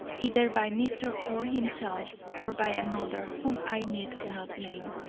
either by mr. orr himself or by another whom i need not name.